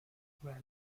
well